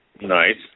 Nice